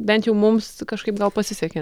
bent jau mums kažkaip gal pasisekė